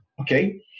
Okay